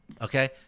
Okay